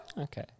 Okay